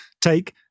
take